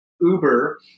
Uber